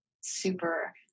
super